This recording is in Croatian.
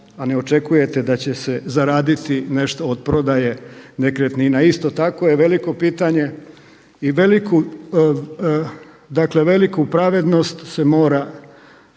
a ne očekujete da će se zaraditi nešto od prodaje nekretnina. Isto tako je veliko pitanje i veliku, dakle veliku pravednost se mora